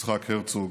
יצחק הרצוג,